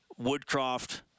Woodcroft